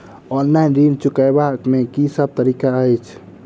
Online ऋण चुकाबै केँ की सब तरीका अछि?